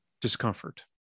discomfort